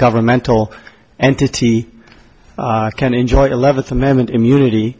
governmental entity can enjoy eleventh amendment immunity